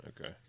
Okay